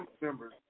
members